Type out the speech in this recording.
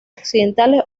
occidentales